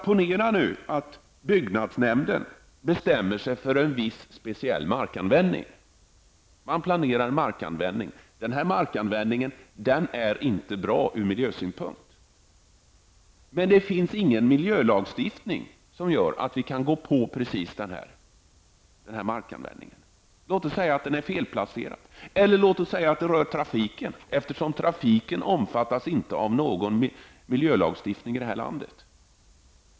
Ponera att byggnadsnämnden i en kommun bestämmer sig för en viss markanvändning. Man planerar sedan för denna. Men den här markanvändningen är inte bra från miljösynpunkt. Det finns dock ingen miljölagstiftning som gör att vi kan gå emot just den här markanvändningen. Låt oss säga att det rör sig om en felplacering eller att det rör trafiken, som ju inte omfattas av någon miljölagstiftning i vårt land.